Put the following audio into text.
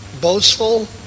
boastful